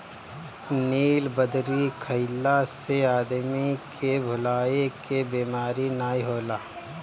नीलबदरी खइला से आदमी के भुलाए के बेमारी नाइ होला